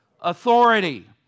Authority